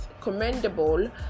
commendable